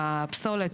הפסולת,